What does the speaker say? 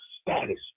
status